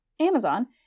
Amazon